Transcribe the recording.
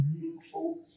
meaningful